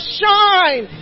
shine